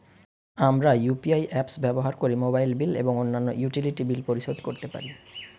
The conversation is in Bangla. আমরা ইউ.পি.আই অ্যাপস ব্যবহার করে মোবাইল বিল এবং অন্যান্য ইউটিলিটি বিল পরিশোধ করতে পারি